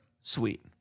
Sweet